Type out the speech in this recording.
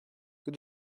que